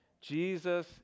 Jesus